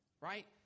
Right